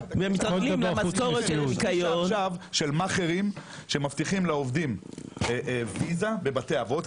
יש מאכערים שמבטיחים לעובדים ויזה בבתי אבות,